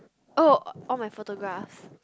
oh all my photographs